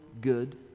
good